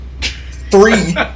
three